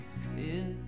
sin